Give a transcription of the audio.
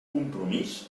compromís